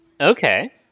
Okay